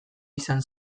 izan